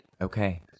Okay